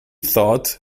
thought